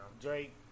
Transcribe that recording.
Drake